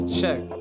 Check